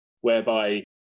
whereby